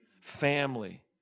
family